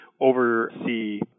oversee